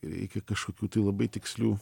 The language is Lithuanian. reikia kažkokių tai labai tikslių